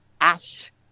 ash